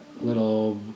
little